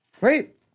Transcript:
right